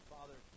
Father